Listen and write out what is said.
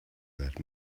that